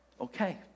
Okay